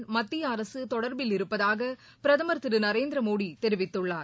புயலால் மத்தியஅரசுதொடர்பில் இருப்பதாகபிரதமர் திருநரேந்திரமோடிதெரிவித்துள்ளார்